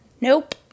Nope